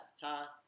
ta